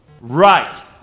right